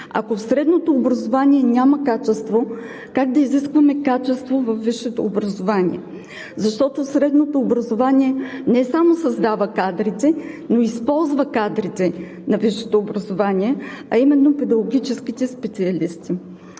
Ако в средното образование няма качество, как да изискваме качество във висшето образование? Защото средното образование не само създава кадрите, но използва кадрите на висшето образование, а именно педагогическите специалисти.